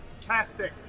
Casting